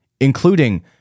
including